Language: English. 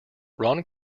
ron